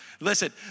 Listen